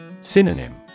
Synonym